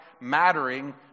mattering